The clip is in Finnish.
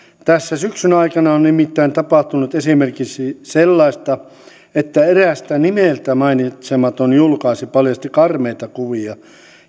tässä syksyn aikana on nimittäin tapahtunut esimerkiksi sellaista että eräs nimeltä mainitsematon julkaisu paljasti karmeita kuvia